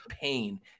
pain